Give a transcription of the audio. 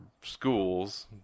schools